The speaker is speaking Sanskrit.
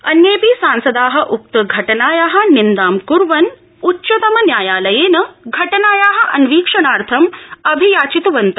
अन्येपि सांस ा उक्त घटनाया निन् ां कुर्वन् उच्चतमन्यायालयेन घटनाया अन्वीक्षणार्थं अभियाचितवन्त